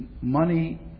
Money